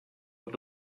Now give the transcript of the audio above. what